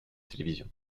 télévision